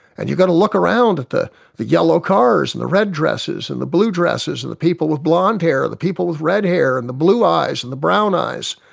and you've get to look around at the the yellow cars and the red dresses and the blue dresses and the people with blonde hair and the people with red hair and the blue eyes and the brown eyes.